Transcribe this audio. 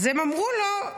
אז הם אמרו לו: